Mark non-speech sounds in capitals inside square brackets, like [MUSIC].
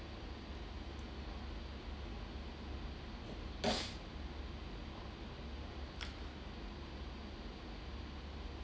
[BREATH]